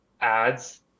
ads